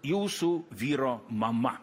jūsų vyro mama